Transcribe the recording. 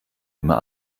immer